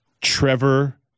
Trevor